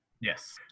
Yes